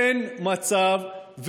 אין מצב,